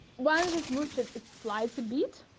once it's moistured, it's slides a bit.